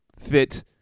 fit